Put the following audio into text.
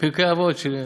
פרקי אבות.